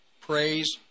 praise